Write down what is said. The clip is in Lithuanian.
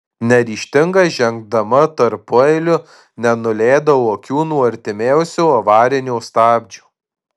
neryžtingai žengdama tarpueiliu nenuleidau akių nuo artimiausio avarinio stabdžio